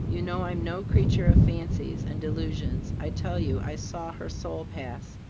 you know i'm no creature of fancies and delusions, i tell you i saw her soul pass.